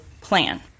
plan